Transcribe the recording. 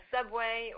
Subway